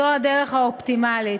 זו הדרך האופטימלית.